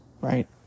right